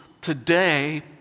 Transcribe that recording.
today